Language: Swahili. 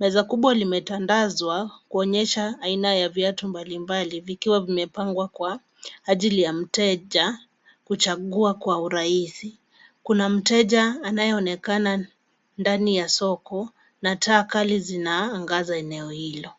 Meza kubwa imetandazwa kuonyesha aina ya viatu mbalimbali, vikiwa vimepangwa kwa ajili ya mteja kuchagua kwa urahisi. Kuna mteja anayeonekana ndani ya soko na taa kali zinaangaza eneo hilo.